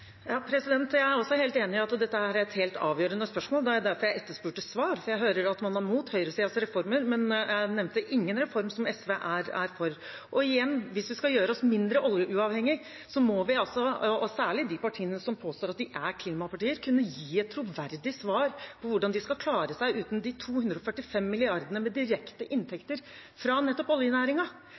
Jeg er helt enig i at dette er et helt avgjørende spørsmål. Det var derfor jeg etterspurte svar. For jeg hører at man er imot høyresidens reformer, men representanten nevnte ingen reform som SV er for. Igjen: Hvis vi skal gjøre oss mindre oljeavhengige, må særlig de partiene som påstår at de er klimapartier, kunne gi et troverdig svar på hvordan de skal klare seg uten de 245 milliardene i direkte inntekter fra nettopp